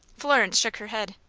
florence shook her head.